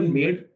made